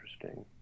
interesting